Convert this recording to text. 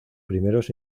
primeros